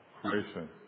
creation